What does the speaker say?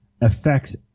affects